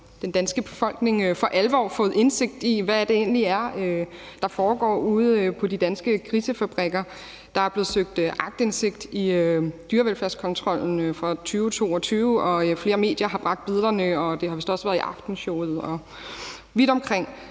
den danske befolkning for alvor fået indsigt i, hvad det egentlig er, der foregår ude på de danske grisefabrikker. Der er blevet søgt aktindsigt i dyrevelfærdskontrollen for 2022, og flere medier har bragt billederne, og det er vist også blevet taget op i Aftenshowet. Det er